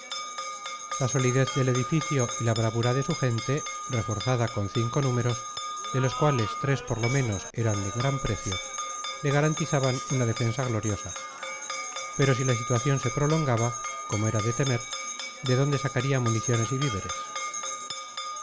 la solidez del edificio y la bravura de su gente reforzada con cinco números de los cuales tres por lo menos eran de gran precio le garantizaban una defensa gloriosa pero si la situación se prolongaba como era de temer de dónde sacaría municiones y víveres